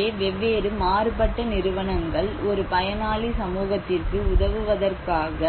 எனவே வெவ்வேறு மாறுபட்ட நிறுவனங்கள் ஒரு பயனாளி சமூகத்திற்கு உதவுவதற்காக